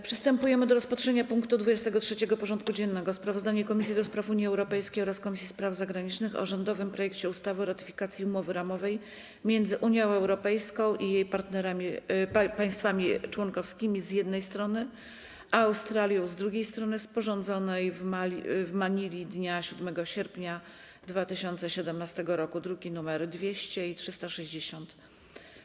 Przystępujemy do rozpatrzenia punktu 23. porządku dziennego: Sprawozdanie Komisji do Spraw Unii Europejskiej oraz Komisji Spraw Zagranicznych o rządowym projekcie ustawy o ratyfikacji Umowy ramowej między Unią Europejską i jej państwami członkowskimi, z jednej strony, a Australią, z drugiej, sporządzonej w Manili dnia 7 sierpnia 2017 r. (druki nr 200 i 360)